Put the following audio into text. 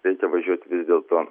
reikia važiuoti vis dėlto